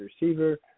receiver